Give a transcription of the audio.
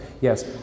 Yes